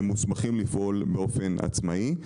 הם מוסמכים לפעול באופן עצמאי.